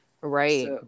Right